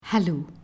Hello